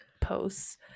posts